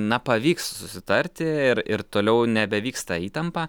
na pavyks susitarti ir ir toliau nebevyks ta įtampa